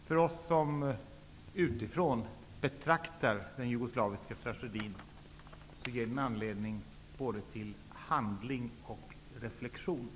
För oss som utifrån betraktar den jugoslaviska tragedin ger den anledning både till handling och till reflexion.